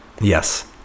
Yes